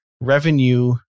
revenue